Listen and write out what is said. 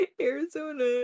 arizona